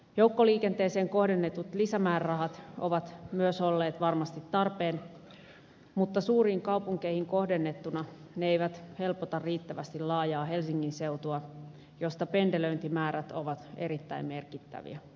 joukkoliikenteeseen kohdennetut lisämäärärahat ovat myös olleet varmasti tarpeen mutta suuriin kaupunkeihin kohdennettuna ne eivät helpota riittävästi laajaa helsingin seutua missä pendelöintimäärät ovat erittäin merkittäviä